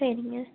சரிங்க